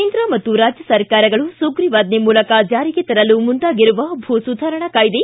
ಕೇಂದ್ರ ಮತ್ತು ರಾಜ್ಯ ಸರ್ಕಾರಗಳು ಸುಗ್ರಿವಾಜ್ಞೆ ಮೂಲಕ ಜಾರಿಗೆ ತರಲು ಮುಂದಾಗಿರುವ ಭೂ ಸುಧಾರಣೆ ಕಾಯ್ದೆ